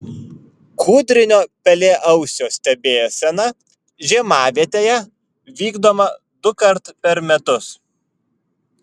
kūdrinio pelėausio stebėsena žiemavietėje vykdoma dukart per metus